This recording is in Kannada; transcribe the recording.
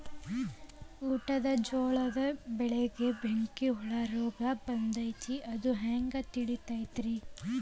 ಊಟದ ಜೋಳದ ಬೆಳೆಗೆ ಬೆಂಕಿ ಹುಳ ರೋಗ ಬಂದೈತಿ ಎಂದು ಹ್ಯಾಂಗ ತಿಳಿತೈತರೇ?